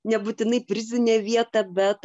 nebūtinai prizinę vietą bet